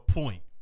point